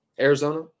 Arizona